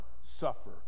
suffer